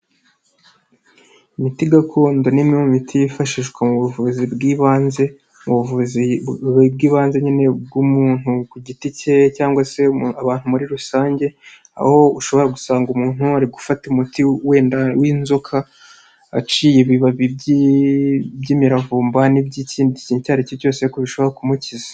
Imiti gakondo ni imwe mu miti yifashishwa mu buvuzi bw'ibanze; nyine bw'umuntu ku giti cye cyangwa se abantu muri rusange; aho ushobora gusanga umuntu ari gufata umuti wenda w'inzoka, aciye ibibabi by'imiravumba n'iby'ikindi kintu icyo ari cyo cyose ariko bishobora kumukiza.